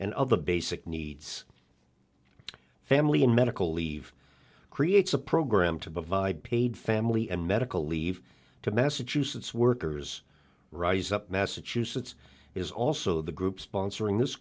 and of the basic needs family and medical leave creates a program to provide paid family and medical leave to massachusetts workers rise up massachusetts is also the group sponsoring this